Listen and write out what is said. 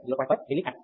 2 V 1